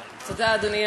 ו-6342.